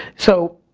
so,